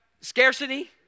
scarcity